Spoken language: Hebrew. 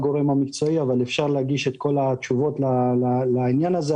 אבל אפשר להגיש את כל התשובות לעניין הזה.